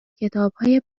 کتابهای